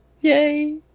yay